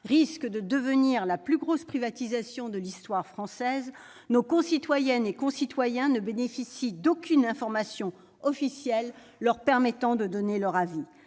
risque de devenir la plus grosse de l'histoire française, nos concitoyennes et concitoyens ne bénéficient d'aucune information officielle leur permettant de donner leur avis.